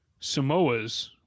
Samoas